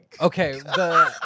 Okay